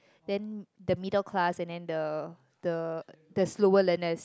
then the middle class and then the the the slower learners